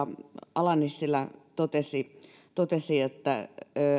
ala nissilä totesi totesi että